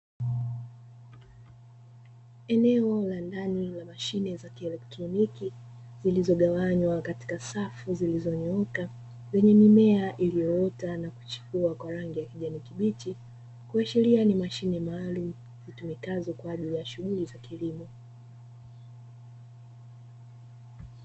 Eneo la ndani la mashine za kielektroniki zilizogawanywa katika safu zilizonyooka, zenye mimea iliyoota na kuchipua kwa rangi ya kijani kibichi, kuashiria ni mashine maalumu zitumikazo kwa ajili ya shughuli za kilimo.